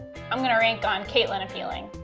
i'm gonna rank on katelyn appealing.